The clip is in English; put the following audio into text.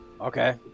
okay